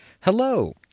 Hello